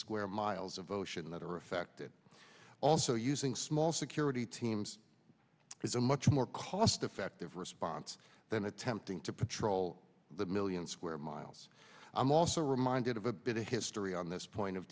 square miles of ocean that are affected also using small security teams is a much more cost effective response than attempting to patrol the million square miles i'm also reminded of a bit of history on this point of